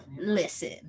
Listen